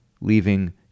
leaving